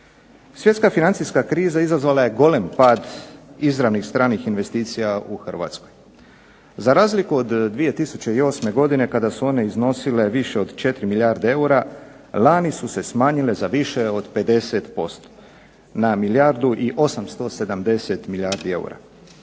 Svjetska financijska kriza izazvala je golem pad izravnih stranih investicija u Hrvatsku. Za razliku od 2008. godine kada su one iznosile više od 4 milijarde eura lani su se smanjile za više od 50%. Na milijardu i 870 milijardi eura.